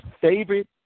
favorite